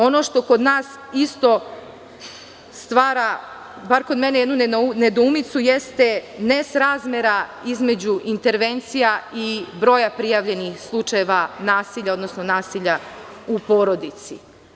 Ono što kod nas isto stvara, bar kod mene jednu nedoumicu, jeste nesrazmera između intervencija i broja prijavljenih slučajeva nasilja, odnosno nasilja u porodici.